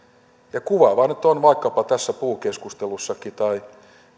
kuvaavaa nyt on vaikkapa tässä puukeskustelussakin tai